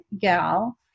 gal